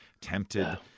tempted